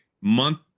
month